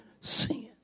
Sin